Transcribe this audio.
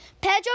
Pedro